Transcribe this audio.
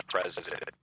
president